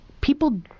People